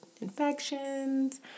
infections